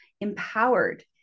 empowered